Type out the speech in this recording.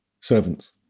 servants